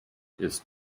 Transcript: ist